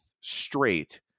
straight